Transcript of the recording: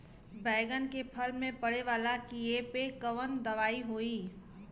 बैगन के फल में पड़े वाला कियेपे कवन दवाई होई?